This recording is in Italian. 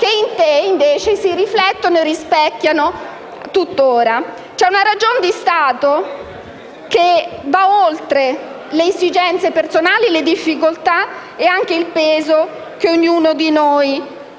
che in te invece si riflettono e rispecchiano tuttora. C'è una ragion di Stato che va oltre le esigenze personali, le difficoltà ed anche il peso che ognuno di noi